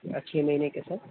اور چھ مہینے کے سر